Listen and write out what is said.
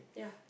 yeah